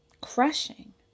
crushing